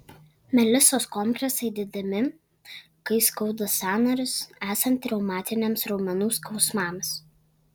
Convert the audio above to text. melisos kompresai dedami kai skauda sąnarius esant reumatiniams raumenų skausmams